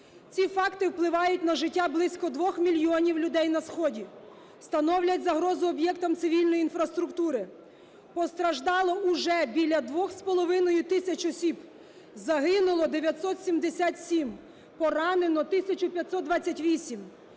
Ці факти впливають на життя близько двох мільйонів людей на сході, становлять загрозу об'єктам цивільної інфраструктури. Постраждало вже біля двох з половиною тисяч осіб, загинуло 977, поранено